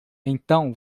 então